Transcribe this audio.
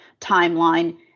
timeline